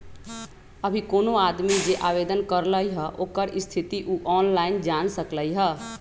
अभी कोनो आदमी जे आवेदन करलई ह ओकर स्थिति उ ऑनलाइन जान सकलई ह